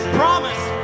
promise